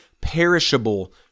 perishable